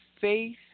faith